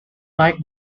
mike